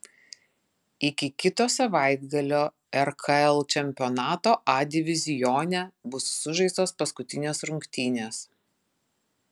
iki kito savaitgalio rkl čempionato a divizione bus sužaistos paskutinės rungtynės